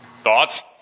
Thoughts